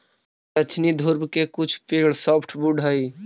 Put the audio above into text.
दक्षिणी ध्रुव के कुछ पेड़ सॉफ्टवुड हइ